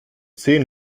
zehn